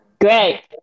Great